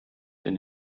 den